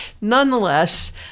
nonetheless